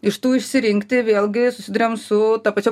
iš tų išsirinkti vėlgi susiduriam su ta pačia